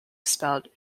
spelled